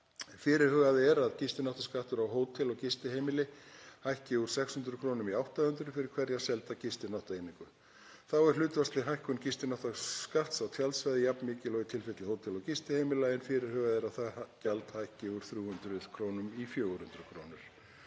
Fyrirhugað er að gistináttaskattur á hótel og gistiheimili hækki úr 600 kr. í 800 kr. fyrir hverja selda gistináttaeiningu. Þá er hlutfallsleg hækkun gistináttaskatts á tjaldsvæði jafnmikilvæg og í tilfelli hótela og gistiheimila, en fyrirhugað er að það gjald hækki úr 300 kr. í 400 kr.